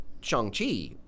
Shang-Chi